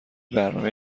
برنامه